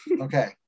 okay